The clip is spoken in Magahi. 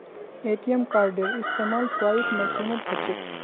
ए.टी.एम कार्डेर इस्तमाल स्वाइप मशीनत ह छेक